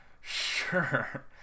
Sure